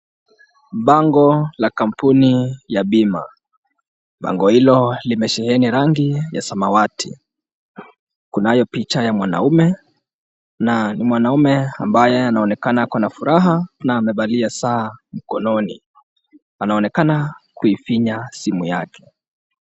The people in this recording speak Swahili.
Bango la kampuni ya bima, bango hilo limesheheni rangi ya samawati, kunayo picha ya mwanamume na ni mwanamume ambaye anaonekana ako na furaha na amevalia saa mkononi, anaonekana kuifinya simu yake.